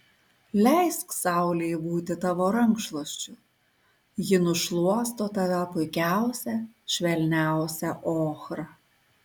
leisk saulei būti tavo rankšluosčiu ji nušluosto tave puikiausia švelniausia ochra